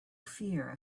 fear